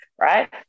right